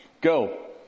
go